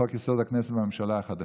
עובדים ולא לאימהות של משפחות ברוכות ילדים,